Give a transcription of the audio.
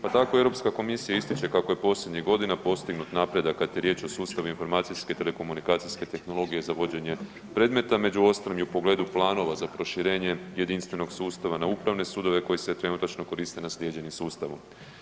Pa tako Europska komisija ističe kako je posljednjih godina postignut napredak kad je riječ o sustavima informacijske i telekomunikacijske tehnologije za vođenje predmeta, među ostalim i u pogledu planova za proširenje jedinstvenog sustava na upravne sudove koji se trenutačno koriste naslijeđenim sustavom.